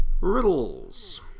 Riddles